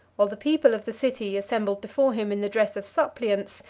while the people of the city, assembled before him in the dress of suppliants,